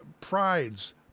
Prides